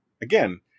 again